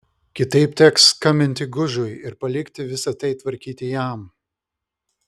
kitaip teks skambinti gužui ir palikti visa tai tvarkyti jam